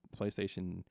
PlayStation